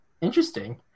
Interesting